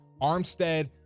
Armstead